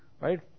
right